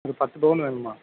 ஒரு பத்து பவுன்னு வேணுமாம்